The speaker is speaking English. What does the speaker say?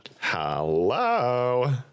hello